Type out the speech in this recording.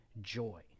joy